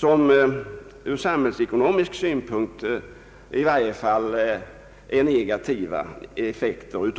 som ur samhällsekonomisk synpunkt i varje fall innebär negativa effekter.